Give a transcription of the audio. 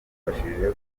bamufashije